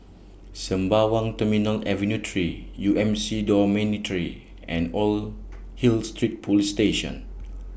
Sembawang Terminal Avenue three U M C Dormitory and Old Hill Street Police Station